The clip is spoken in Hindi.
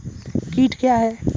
कीट क्या है?